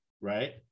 right